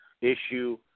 issue